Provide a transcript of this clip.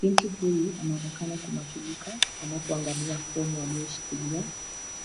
Binti huyu anaonekana kumakinika anapoangalia fomu aliyoshikilia.